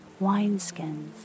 wineskins